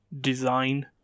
design